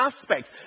aspects